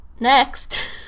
Next